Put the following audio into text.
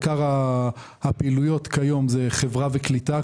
עיקר הפעילויות כיום זה חברה וקליטה.